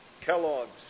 Kellogg's